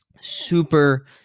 super